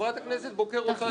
חברת הכנסת בוקר רוצה לדבר,